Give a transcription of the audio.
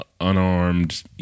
unarmed